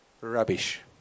Rubbish